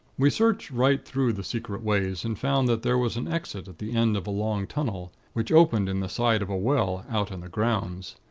we searched right through the secret ways, and found that there was an exit, at the end of a long tunnel, which opened in the side of a well, out in the grounds.